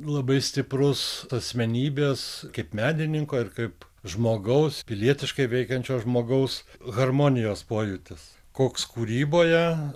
labai stiprus asmenybės kaip menininko ir kaip žmogaus pilietiškai veikiančio žmogaus harmonijos pojūtis koks kūryboje